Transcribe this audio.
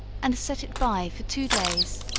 and set it by for two days,